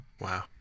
Wow